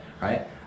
Right